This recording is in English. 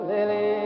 Lily